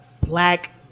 black